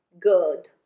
good